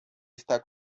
está